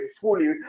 fully